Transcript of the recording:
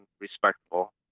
respectful